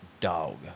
dog